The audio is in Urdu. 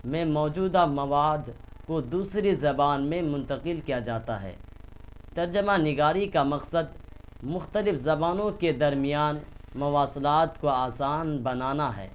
میں موجودہ مواد کو دوسری زبان میں منتقل کیا جاتا ہے ترجمہ نگاری کا مقصد مختلف زبانوں کے درمیان مواصلات کو آسان بنانا ہے